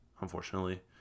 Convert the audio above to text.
unfortunately